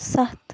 سَتھ